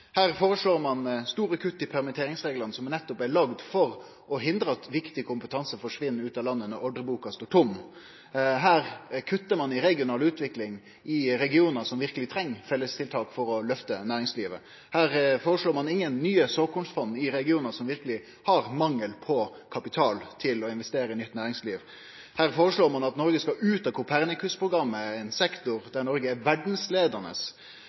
Her foreslår ein store kutt i permitteringsreglane, som nettopp er laga for å hindre at viktig kompetanse forsvinn ut av landet når ordreboka står tom. Her kuttar ein i regional utvikling i regionar som verkeleg treng felles tiltak for å løfte næringslivet. Her foreslår ein ingen nye såkornfond i regionar som verkeleg har mangel på kapital til å investere i nytt næringsliv. Her foreslår ein at Noreg skal ut av Copernicus- programmet, i ein sektor der Noreg er